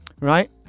right